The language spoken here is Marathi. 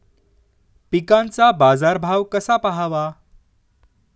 पिकांचा बाजार भाव कसा पहावा?